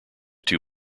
two